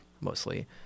mostly